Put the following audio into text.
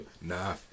Nah